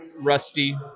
Rusty